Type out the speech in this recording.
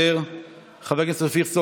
בבקשה.